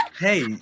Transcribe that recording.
hey